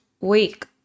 week